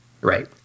Right